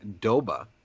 Doba